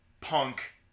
Punk